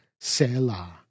Selah